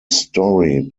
story